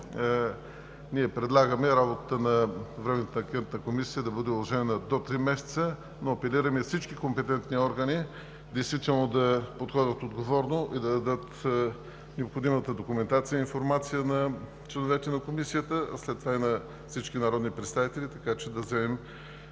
предлагаме работата на Временната анкетна комисия да бъде удължена до три месеца. Апелираме всички компетентни органи да подходят отговорно и да дадат необходимата документация и информация на членовете на Комисията, а след това и на всички народни представители, така че да вземем